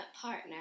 partner